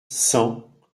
cent